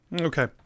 Okay